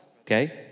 Okay